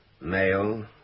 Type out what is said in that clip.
male